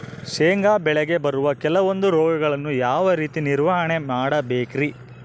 ಶೇಂಗಾ ಬೆಳೆಗೆ ಬರುವ ಕೆಲವೊಂದು ರೋಗಗಳನ್ನು ಯಾವ ರೇತಿ ನಿರ್ವಹಣೆ ಮಾಡಬೇಕ್ರಿ?